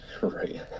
Right